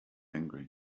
angry